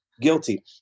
guilty